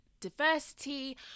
diversity